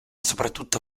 soprattutto